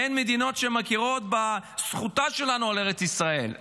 אין מדינות שמכירות בזכות שלנו על ארץ ישראל,